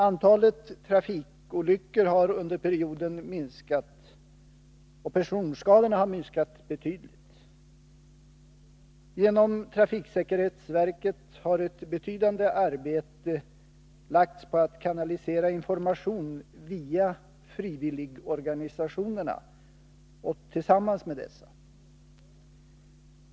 Antalet trafikolyckor har under perioden minskat, och personskadorna har minskat betydligt. Genom trafiksäkerhetsverket har ett betydande arbete lagts på att kanalisera information via frivilligorganisationerna och tillsammans med dessa.